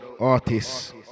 artists